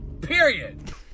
period